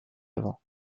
avant